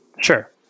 Sure